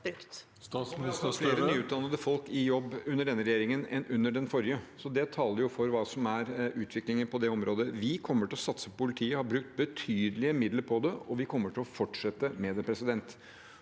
Det kommer flere nyutdannede folk i jobb under denne regjeringen enn under den forrige. Det taler for hva som er utviklingen på det området. Vi kommer til å satse på politiet. Vi har brukt betydelige midler på det, og vi kommer til å fortsette med det. Det